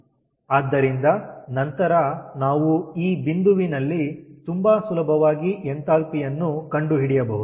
ಆದ್ದರಿಂದ ನಂತರ ನಾವು ಈ ಬಿಂದುವಿನಲ್ಲಿ ತುಂಬಾ ಸುಲಭವಾಗಿ ಎಂಥಾಲ್ಪಿ ಯನ್ನು ಕಂಡುಹಿಡಿಯಬಹುದು